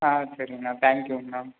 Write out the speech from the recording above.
ஆ சரிங்கண்ணா தேங்க் யூங்கண்ணா